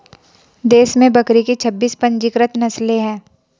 देश में बकरी की छब्बीस पंजीकृत नस्लें हैं